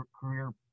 career